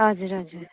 हजुर हजुर